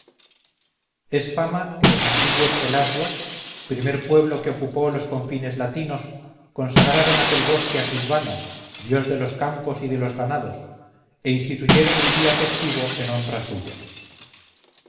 es fama que los antiguos pelasgos primer pueblo que ocupó los confines latinos consagraron aquel bosque a silvano dios de los campos y de los ganados e instituyeron un día festivo en honra suya